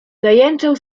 zajęczał